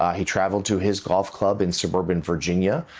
he traveled to his golf club in suburban, virginia.